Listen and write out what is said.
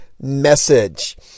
message